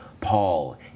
Paul